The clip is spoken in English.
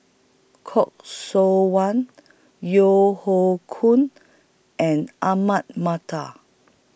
Khoo Seok Wan Yeo Hoe Koon and Ahmad Mattar